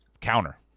counter